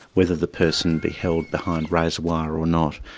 whether the person be held behind razor wire or not,